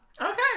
Okay